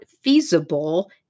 feasible